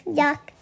yuck